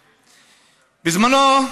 בזמנו,